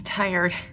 tired